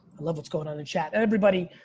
i love what's going on in chat. everybody,